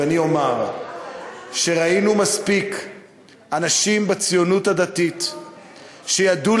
ואני אומר שראינו מספיק אנשים בציונות הדתית שידעו,